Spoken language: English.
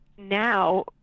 Now